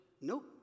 Nope